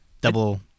double